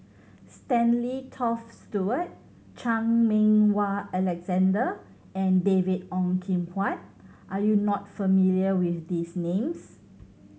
Stanley Toft Stewart Chan Meng Wah Alexander and David Ong Kim Huat are you not familiar with these names